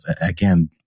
Again